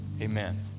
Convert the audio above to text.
amen